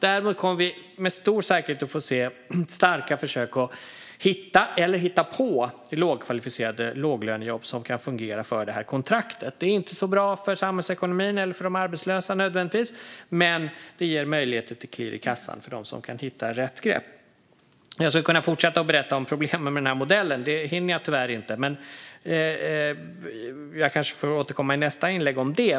Däremot kommer vi med stor säkerhet att få se starka försök att hitta eller hitta på lågkvalificerade låglönejobb som kan fungera för det här kontraktet. Det är inte nödvändigtvis så bra för samhällsekonomin eller för de arbetslösa, men det ger möjligheter till klirr i kassan för dem som kan hitta rätt grepp. Jag skulle kunna fortsätta att berätta om problemen med den här modellen, men det hinner jag tyvärr inte. Jag kanske får återkomma i nästa inlägg om det.